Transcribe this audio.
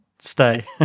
stay